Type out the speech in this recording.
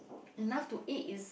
enough to eat is